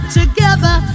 together